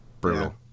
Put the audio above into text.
Brutal